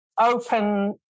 open